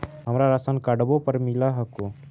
हमरा राशनकार्डवो पर मिल हको?